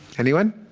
anyone?